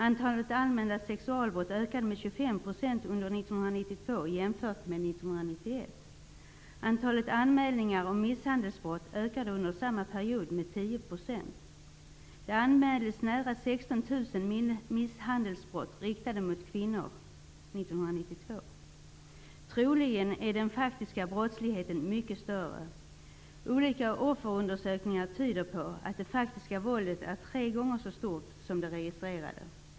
Antalet anmälda sexualbrott ökade med 25 % under 1992 jämfört med 1991. Troligen är den faktiska brottsligheten mycket större. Olika offerundersökningar tyder på att det faktiska våldet är tre gånger så stort som det registrerade.